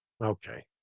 Okay